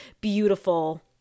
beautiful